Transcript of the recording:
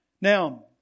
Now